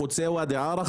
חוצה ואדי ערה,